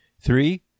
three